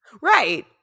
Right